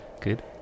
Good